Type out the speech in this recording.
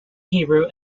hebrew